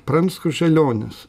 pranskus žėlionis